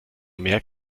mehr